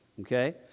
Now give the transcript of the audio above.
okay